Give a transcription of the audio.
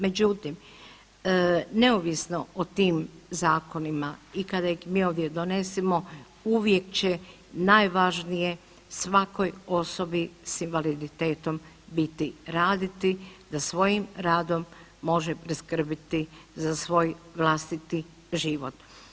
Međutim, neovisno o tim zakonima i kad ih mi ovdje donesemo uvijek će najvažnije svakoj osobi s invaliditetom biti raditi, da svojim radom može priskrbiti za svoj vlastiti život.